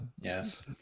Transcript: Yes